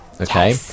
Okay